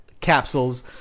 capsules –